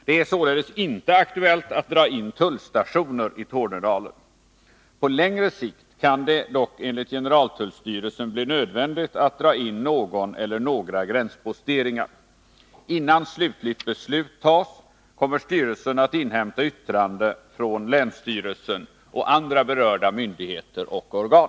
Det är således inte aktuellt att dra in tullstationer i Tornedalen. På längre sikt kan det dock enligt generaltullstyrelsen blir nödvändigt att dra in någon eller några gränsposteringar. Innan slutgiltigt beslut tas kommer styrelsen att inhämta yttrande från länsstyrelsen och andra berörda myndigheter och organ.